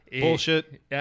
Bullshit